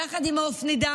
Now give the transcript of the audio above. יחד עם האופנידן,